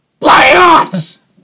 playoffs